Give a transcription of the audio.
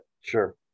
Sure